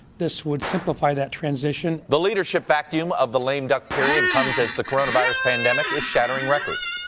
this would simplify that transition. the leadership vacuum of the lame-duck period comes as the coronavirus pandemic is shattering records,